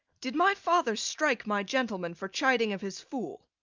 did my father strike my gentleman for chiding of his fool?